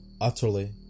utterly